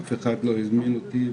אף אחד לא הזמין אותי.